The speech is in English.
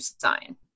sign